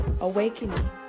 awakening